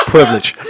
Privilege